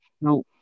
No